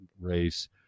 race